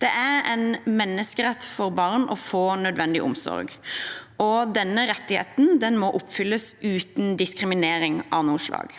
Det er en menneskerett for barn å få nødvendig omsorg, og denne rettigheten må oppfylles uten diskriminering av noe slag.